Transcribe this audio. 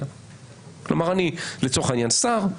כלומר, אני לצורך העניין שר,